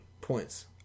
points